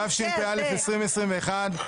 התשפ"א-2021,